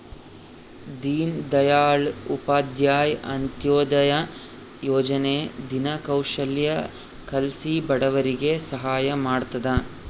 ದೀನ್ ದಯಾಳ್ ಉಪಾಧ್ಯಾಯ ಅಂತ್ಯೋದಯ ಯೋಜನೆ ದಿನ ಕೌಶಲ್ಯ ಕಲ್ಸಿ ಬಡವರಿಗೆ ಸಹಾಯ ಮಾಡ್ತದ